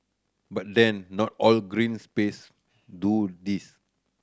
but then not all green space do this